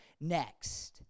next